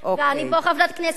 אני פה חברת כנסת כמוך.